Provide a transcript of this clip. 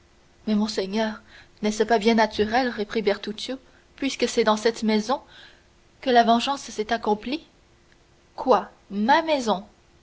mais monseigneur n'est-ce pas bien naturel reprit bertuccio puisque c'est dans cette maison que la vengeance s'est accomplie quoi ma maison